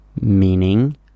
Meaning